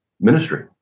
ministry